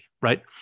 right